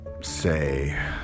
say